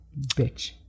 bitch